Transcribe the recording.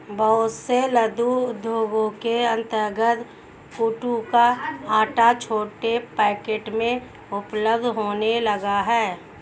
बहुत से लघु उद्योगों के अंतर्गत कूटू का आटा छोटे पैकेट में उपलब्ध होने लगा है